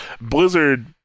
Blizzard